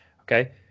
okay